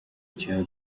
cya